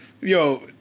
yo